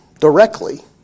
directly